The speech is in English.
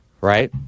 right